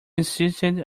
insisted